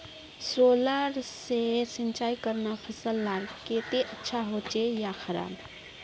Solar से सिंचाई करना फसल लार केते अच्छा होचे या खराब?